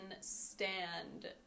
stand